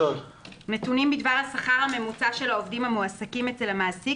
נתונים בדבר השכר הממוצע של העובדים המועסקים אצל המעסיק,